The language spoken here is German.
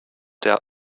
der